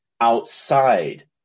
outside